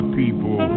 people